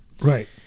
Right